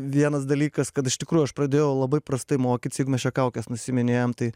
vienas dalykas kad iš tikrųjų aš pradėjau labai prastai mokytisjeigu mes čia kaukes nusiiminėjam tai